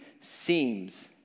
seems